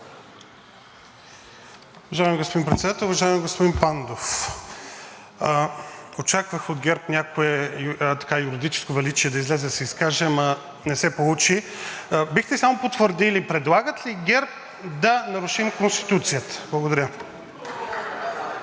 Уважаеми господин Председател! Уважаеми господин Пандов, очаквах от ГЕРБ някое юридическо величие да излезе да се изкаже, но не се получи. Бихте ли само потвърдили – предлагат ли ГЕРБ да нарушим Конституцията? Благодаря.